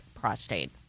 prostate